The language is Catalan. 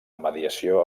mediació